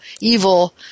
evil